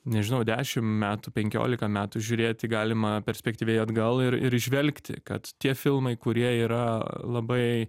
nežinau dešim metų penkiolika metų žiūrėti galima perspektyviai atgal ir įžvelgti kad tie filmai kurie yra labai